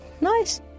nice